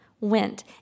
went